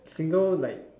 single one like